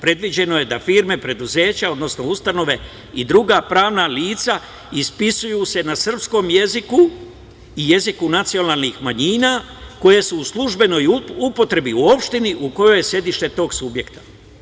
Predviđeno je da firme, preduzeća, odnosno ustanove i druga pravna lica ispisuju se na srpskom jeziku i jeziku nacionalnih manjina koje su u službenoj upotrebi u opštini u kojoj je sedište tog subjekta.